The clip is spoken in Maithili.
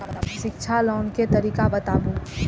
शिक्षा लोन के तरीका बताबू?